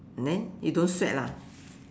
then you don't sweat lah